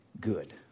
good